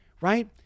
right